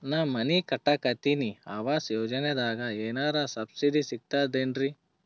ನಾ ಮನಿ ಕಟಕತಿನಿ ಆವಾಸ್ ಯೋಜನದಾಗ ಏನರ ಸಬ್ಸಿಡಿ ಸಿಗ್ತದೇನ್ರಿ?